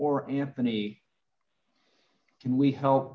or anthony can we help